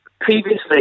previously